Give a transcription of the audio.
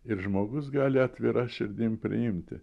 ir žmogus gali atvira širdim priimti